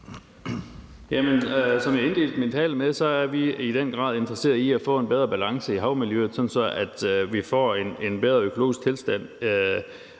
Som jeg indledte min tale med at sige, er vi i den grad interesseret i at få en bedre balance i havmiljøet, sådan at vi får en bedre økologisk tilstand.